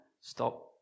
stop